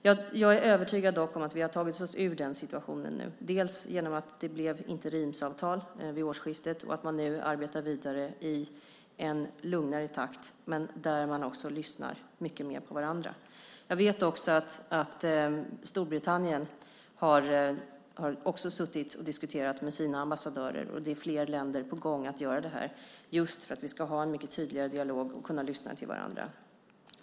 Jag är dock övertygad om att vi har tagit oss ur den situationen nu, bland annat genom att det ingicks interimsavtal vid årsskiftet och att man nu arbetar vidare i en lugnare takt och lyssnar mycket mer på varandra. Storbritannien har också suttit och diskuterat med sina ambassadörer, och det är fler länder som är på väg att göra det här, just för att vi ska ha en mycket tydligare dialog och kunna lyssna till varandra.